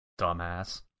Dumbass